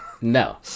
No